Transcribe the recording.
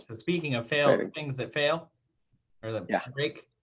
speaking of failed and things, that fail or that yeah break,